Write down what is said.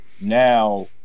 now